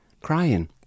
crying